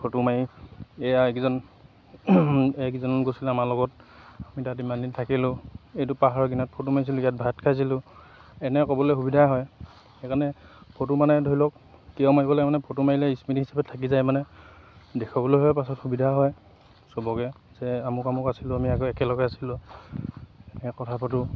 photo মাৰি এয়া এইকেইজন এইকেইজন গৈছিলোঁ আমাৰ লগত আমি তাত ইমানদিন থাকিলোঁ এইটো পাহাৰৰ কিনাত ফটো মাৰিছিলোঁ ইয়াত ভাত খাইছিলোঁ এনেকৈ ক'বলৈ সুবিধা হয় সেইকাৰণে ফটো মানে ধৰি লওক কিয় মাৰিব লাগে মানে ফটো মাৰিলে স্মৃতি হিচাপে থাকি যায় মানে দেখুৱাবলৈ হৈ পাছত সুবিধা হয় চবকে যে আমুক আমুক আছিলোঁ আমি আকৌ একেলগে আছিলোঁ এনেকৈ কথা পাতোঁ